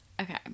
Okay